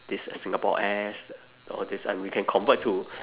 this singapore airs all these and we can convert to